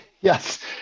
Yes